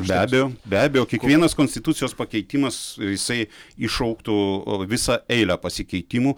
be abejo be abejo kiekvienas konstitucijos pakeitimas jisai iššauktų a visą eilę pasikeitimų